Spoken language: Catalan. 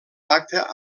pacte